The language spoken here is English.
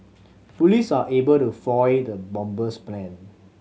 police were able to foil the bomber's plan